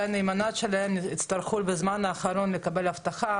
הנאמנה שלכם יצטרכו בזמן האחרון לקבל אבטחה,